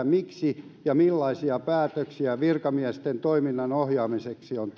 miksi ja millaisia päätöksiä virkamiesten toiminnan ohjaamiseksi on